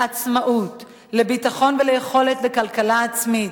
לעצמאות, לביטחון וליכולת לכלכלה עצמית,